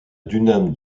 dunham